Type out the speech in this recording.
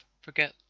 forget